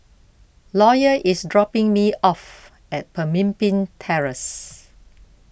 lawyer is dropping me off at Pemimpin Terrace